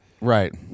Right